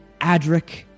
Adric